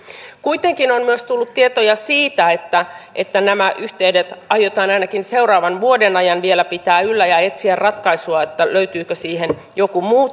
kuitenkin on myös tullut tietoja siitä että että nämä yhteydet aiotaan ainakin seuraavan vuoden ajan vielä pitää yllä ja etsiä ratkaisua että löytyykö siihen joku muu